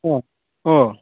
अ अ